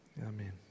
amen